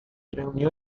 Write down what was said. reunió